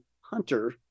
Hunter